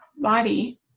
body